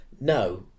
no